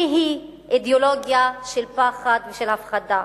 זו אידיאולוגיה של פחד ושל הפחדה.